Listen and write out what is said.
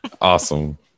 Awesome